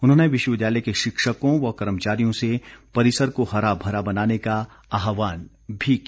उन्होंने विश्वविद्यालय के शिक्षकों व कर्मचारियों से परिसर को हरा भरा बनाने का आहवान भी किया